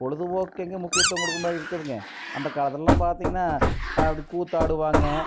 பொழுதுபோக்கெங்க முக்கியத்துவம் கொடுக்குற மாதிரி இருக்குதுங்க அந்த காலத்திலல்லாம் பார்த்திங்கனா அப்படி கூத்தாடுவாங்க